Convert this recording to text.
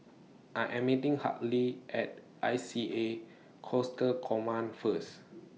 I Am meeting Hartley At I C A Coastal Command First